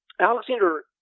Alexander